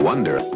Wonder